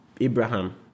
abraham